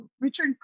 Richard